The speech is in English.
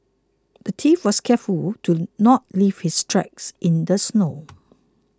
the thief was careful to not leave his tracks in the snow